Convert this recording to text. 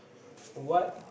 what